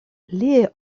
liaj